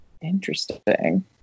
interesting